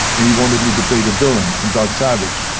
and he wanted me to play the villain in doc savage.